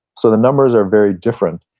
so the numbers are very different,